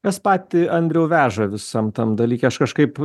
kas patį andrių veža visam tam dalyke aš kažkaip